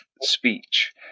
speech